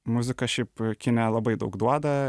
muzika šiaip kine labai daug duoda